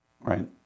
Right